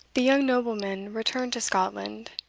the young nobleman returned to scotland,